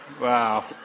Wow